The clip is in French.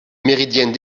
méridienne